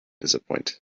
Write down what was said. disappoint